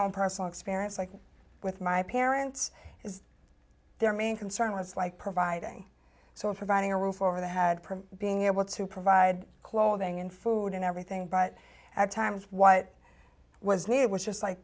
own personal experience like with my parents is their main concern was like providing so of providing a roof over their head per being able to provide clothing and food and everything but at times what was needed was just like